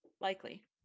likely